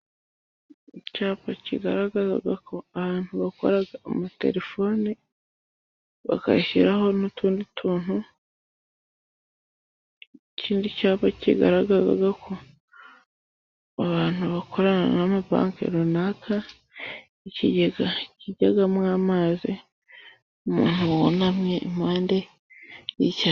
Icyapa kigaragaza ko abantu bakora amatelefoni, bagashyiraho n'utundi tuntu, ikindi cyapa kigaragaza ko, abantu bakorana n'ama Banki runaka, ikigega kijyagamo amazi, umuntu wunamye impande y'icyayi.